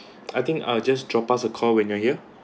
I think ah just drop us a call when you are here